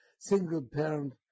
single-parent